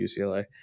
UCLA